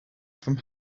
from